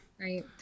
right